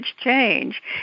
change